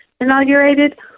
inaugurated